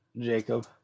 Jacob